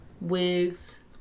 wigs